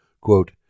Quote